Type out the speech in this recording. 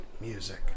music